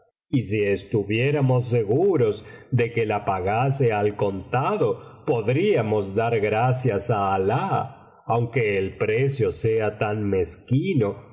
y si estuviéramos seguros de que la pagase al contado podríamos dar gracias á alah aunque el precio sea tan mezquino